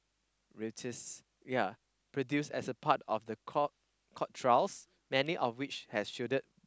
Reuters yea produce as a part of the court court trials many of which has shielded